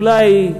אולי,